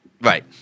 Right